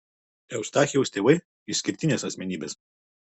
eustachijaus tėvai išskirtinės asmenybės